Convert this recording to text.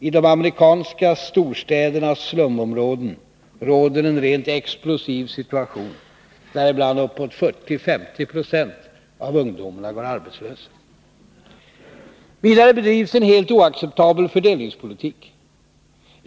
I de amerikanska storstädernas slumområden råder en rent explosiv situation, där ibland uppåt 40-50 96 av ungdomarna går arbetslösa. Vidare bedrivs en fullständigt oacceptabel fördelningspolitik.